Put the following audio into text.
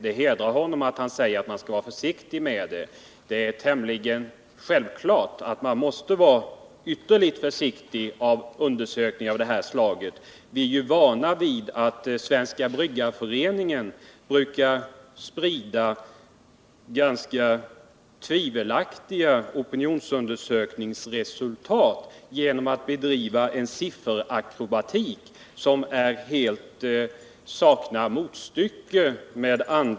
Det hedrar honom att han säger att man skall vara försiktig med materialet. Det är tämligen självklart att man måste vara ytterligt försiktig med undersökningar av detta slag. Vi är ju vana vid att Svenska bryggareföreningen sprider ganska tvivelaktiga opinionsundersökningsresultat genom att bedriva en sifferakrobatik som saknar motstycke.